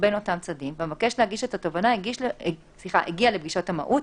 בין אותם צדדים והמבקש להגיש את התובענה הגיע לפגישות המהו"ת,